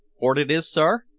port it is, sir,